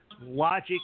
logic